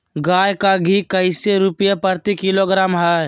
गाय का घी कैसे रुपए प्रति किलोग्राम है?